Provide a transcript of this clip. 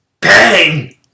Bang